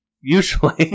usually